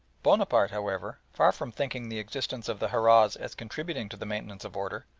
bonaparte, however, far from thinking the existence of the harahs as contributing to the maintenance of order,